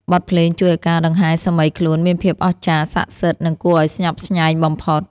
បទភ្លេងជួយឱ្យការដង្ហែសាមីខ្លួនមានភាពអស្ចារ្យ សក្ដិសិទ្ធិ និងគួរឱ្យស្ញប់ស្ញែងបំផុត។